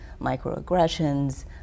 microaggressions